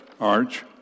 arch